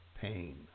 Pain